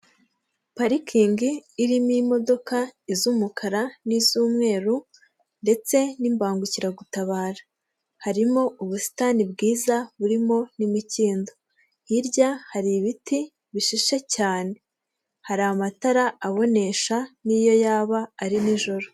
Parikingi irimo imodoka, iz'umukara n'iz'umweru ndetse n'imbangukiragutabara. Harimo ubusitani bwiza burimo n'imikindo, hirya hari ibiti bishishe cyane, hari amatara abonesha n'iyo yaba ari nijoro.